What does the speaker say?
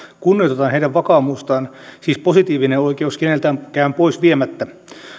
kunnioitetaan heidän vakaumustaan siis positiivinen oikeus keneltäkään pois viemättä